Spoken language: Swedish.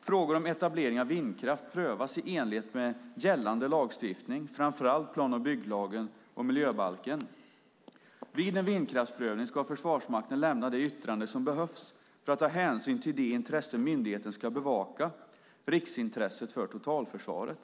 Frågor om etablering av vindkraft prövas i enlighet med gällande lagstiftning, framför allt plan och bygglagen och miljöbalken. Vid en vindkraftsprövning ska Försvarsmakten lämna det yttrande som behövs för att hänsyn ska tas till det intresse myndigheten ska bevaka - riksintresset för totalförsvaret.